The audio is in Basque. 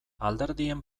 alderdien